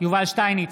יובל שטייניץ,